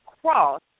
cross